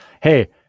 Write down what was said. Hey